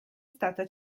stata